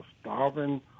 starving